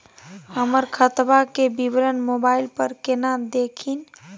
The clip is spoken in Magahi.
हमर खतवा के विवरण मोबाईल पर केना देखिन?